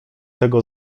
tego